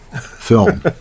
film